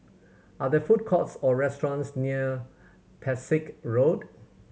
are there food courts or restaurants near Pesek Road